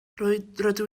rydw